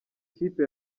kipe